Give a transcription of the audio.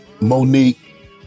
Monique